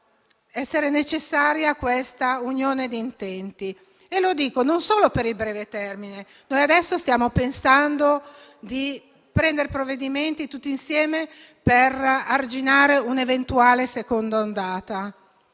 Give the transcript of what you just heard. rendere necessaria questa unione di intenti, non solo per il breve termine. Adesso stiamo pensando di adottare provvedimenti tutti insieme per arginare un'eventuale seconda ondata